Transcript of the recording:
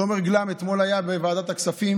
תומר גלאם אתמול היה בוועדת הכספים